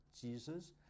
Jesus